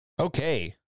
Okay